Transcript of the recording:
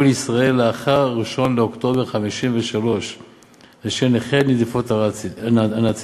לישראל לאחר 1 באוקטובר 1953 ושל נכי רדיפות הנאצים,